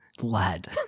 lad